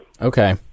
Okay